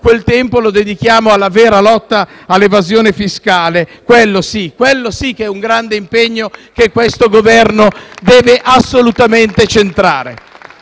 quel tempo alla vera lotta all'evasione fiscale. Quello sì che è un grande impegno che questo Governo deve assolutamente centrare.